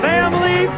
Family